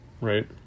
right